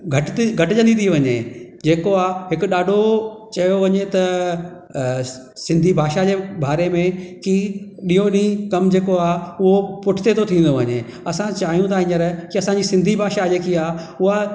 घटि घटजन्दी थी वञे जेको आहे हिकु ॾाढो चयो वञे त अ सिंधी भाषा जे ॿारे में की ॾींहों ॾींहुं कमु जेको आहे उहो पुठिते थो थींदो वञे असां चाहियूं था हींअर कि असांजी सिन्धी भाषा जेकी आहे उहा